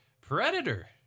Predator